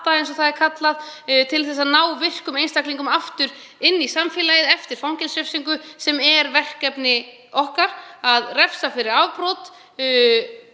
eins og það er kallað, til að ná virkum einstaklingum aftur út í samfélagið eftir fangelsisrefsingu, sem er verkefni okkar; að refsa fyrir afbrot,